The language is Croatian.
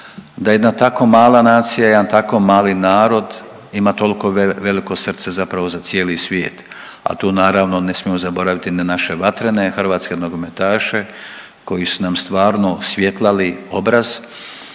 da jedna tako mala nacija, jedan tako mali narod ima toliko veliko srce zapravo za cijeli svijet, a tu naravno, ne smijemo zaboraviti na naše Vatrene, hrvatske nogometaše koji su nam stvarno osvjetlali obraz